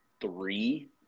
three